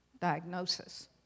diagnosis